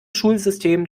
schulsystem